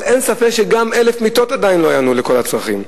אבל אין ספק שגם 1,000 מיטות עדיין לא יענו על כל הצרכים,